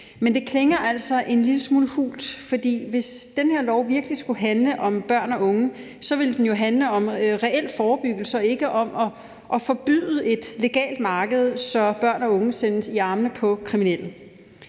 men det klinger altså en lille smule hult. For hvis den her lov virkelig skulle handle om børn og unge, ville den jo handle om reel forebyggelse og ikke om at forbyde et legalt marked, så børn og unge sendes i armene på kriminelle.